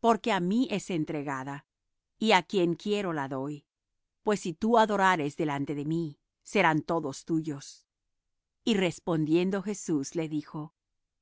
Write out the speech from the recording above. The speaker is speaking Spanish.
porque á mí es entregada y á quien quiero la doy pues si tú adorares delante de mí serán todos tuyos y respondiendo jesús le dijo